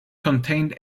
contained